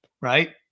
Right